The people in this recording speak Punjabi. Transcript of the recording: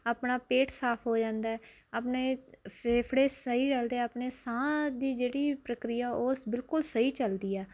ਆਪਣਾ ਪੇਟ ਸਾਫ ਹੋ ਜਾਂਦਾ ਆਪਣੇ ਫੇਫੜੇ ਸਹੀ ਰਹਿੰਦੇ ਆ ਆਪਣੇ ਸਾਹ ਦੀ ਜਿਹੜੀ ਪ੍ਰਕਿਰਿਆ ਉਹ ਬਿਲਕੁਲ ਸਹੀ ਚਲਦੀ ਆ